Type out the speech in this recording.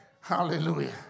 Hallelujah